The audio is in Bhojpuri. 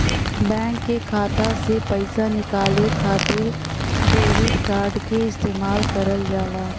बैंक के खाता से पइसा निकाले खातिर डेबिट कार्ड क इस्तेमाल करल जाला